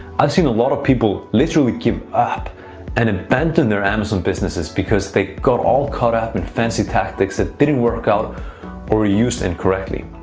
i've seen a lot of people literally give up and abandon their amazon businesses because they got all caught up in fancy tactics that didn't work out or were used incorrectly.